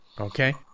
Okay